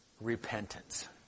repentance